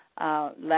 Last